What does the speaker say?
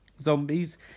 zombies